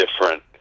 different